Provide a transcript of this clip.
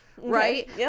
right